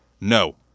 No